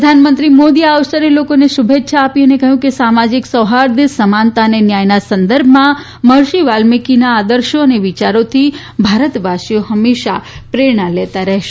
પ્રધાનમંત્રી મોદીએ આ અવસરે લોકોને શુભેચ્છાઓ આપી અને કહ્યું કે સામાજિક સૌહાર્દ સમાનતા અને ન્યાયના સંદર્ભમાં મહર્ષિ વાલ્મિકી આદર્શો અને વિયારોથી ભારતવાસીઓ હંમેશાં પ્રેરણા લેતા રહેશે